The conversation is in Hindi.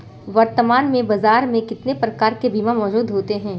वर्तमान में बाज़ार में कितने प्रकार के बीमा मौजूद हैं?